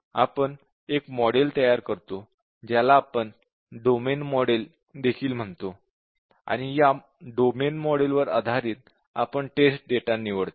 आपण एक मॉडेल तयार करतो ज्याला आपण डोमेन मॉडेल देखील म्हणतो आणि या डोमेन मॉडेल वर आधारीत आपण टेस्ट डेटा निवडतो